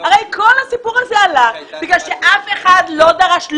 הרי כל הסיפור הזה עלה בגלל שאף אחד לא דרש.